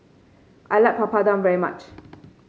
I like Papadum very much